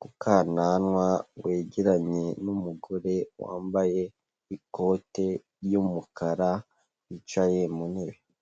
ku kananwa wegeranye n'umugore wambaye ikote ry'umukara wicaye mu ntebe.